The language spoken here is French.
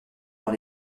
dans